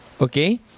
okay